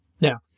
Now